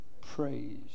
praise